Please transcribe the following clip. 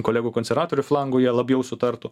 kolegų konservatorių flangu jie labiau sutartų